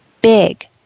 big